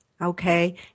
okay